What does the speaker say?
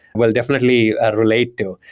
will definitely relate to.